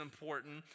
important